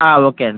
okay అండి